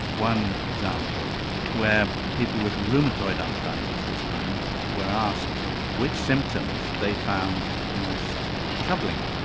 one example where people with rheumatoid arthritis this time were asked which symptoms they found most troubling.